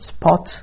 spot